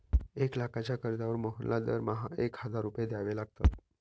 एक लाखाच्या कर्जावर मोहनला दरमहा एक हजार रुपये द्यावे लागतात